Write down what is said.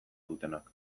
dutenak